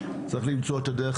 צריך למצוא את הדרך,